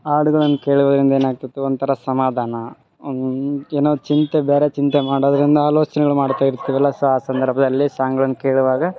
ಹಾಡ್ಗಳನ್ ಕೇಳೋದ್ರಿಂದ ಏನಾಗ್ತಿತ್ತು ಒಂಥರ ಸಮಾಧಾನ ಒನ್ ಏನಾರು ಚಿಂತೆ ಬೇರೆ ಚಿಂತೆ ಮಾಡೋದ್ರಿಂದ ಆಲೋಚನೆಗಳು ಮಾಡ್ತಾ ಇರ್ತಿವಲ್ಲ ಸಂದರ್ಭದಲ್ಲಿ ಸಾಂಗಳನ್ನು ಕೇಳುವಾಗ